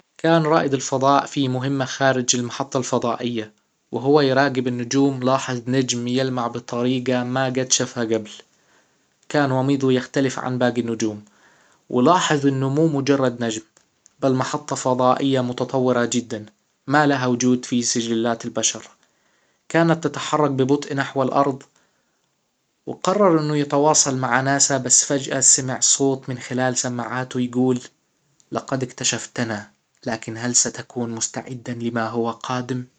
كان رائد الفضاء في مهمة خارج المحطة الفضائية وهو يراجب النجوم لاحظ نجم يلمع بطريقة ما قد شافها قبل كان وميضه يختلف عن باقي النجوم ولاحظ انه مو مجرد نجم بل محطة فضائية متطورة جدا ما لها وجود في سجلات البشر تتحرك ببطء نحو الارض وقرر انه يتواصل مع ناسا بس فجأة سمع صوت من خلال سماعاته يجول: لقد اكتشفتنا لكن هل ستكون مستعدا لما هو قادم